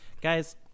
Guys